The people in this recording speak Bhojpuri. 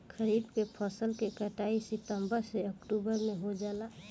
खरीफ के फसल के कटाई सितंबर से ओक्टुबर में हो जाला